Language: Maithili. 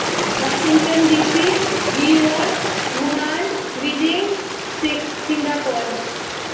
Washington DC New York Wuhan Beijing Singapore